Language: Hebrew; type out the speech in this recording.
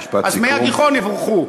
אז "הגיחון" יבורכו.